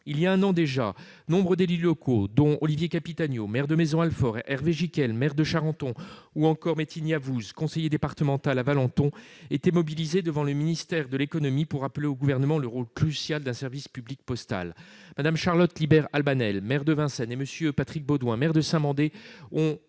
Il y a un an déjà, nombre d'élus locaux, dont M. Olivier Capitanio, maire de Maisons-Alfort, Hervé Gicquel, maire de Charenton-le-Pont, ou encore Metin Yavuz, conseiller départemental à Valenton, étaient mobilisés devant le ministère de l'économie pour rappeler au Gouvernement le rôle crucial d'un service public postal. Mme Charlotte Libert-Albanel, maire de Vincennes, et M. Patrick Beaudouin, maire de Saint-Mandé,